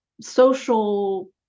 social